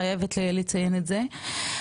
חייבת לציין את זה,